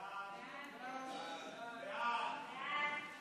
ההצעה להעביר את הצעת חוק למניעת אלימות במשפחה (תיקון מס'